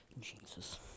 Jesus